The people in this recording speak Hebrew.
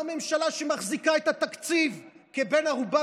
לא ממשלה שמחזיקה את התקציב כבן ערובה